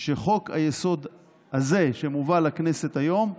שחוק-היסוד הזה, שמובא לכנסת היום,